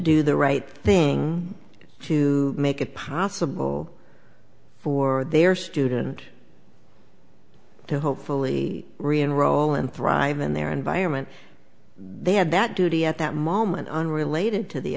do the right thing to make it possible for their student to hopefully reenroll and thrive in their environment they had that duty at that moment on related to the